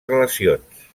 relacions